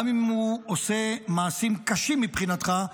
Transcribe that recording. גם אם הוא עושה מעשים קשים מבחינתך,